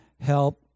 help